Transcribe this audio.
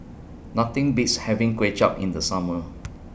Nothing Beats having Kuay Chap in The Summer